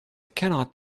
cannot